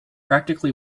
practically